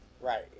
Right